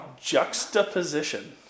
Juxtaposition